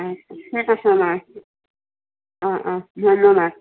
অ ঠিক আছে বাৰু অ অ ধন্যবাদ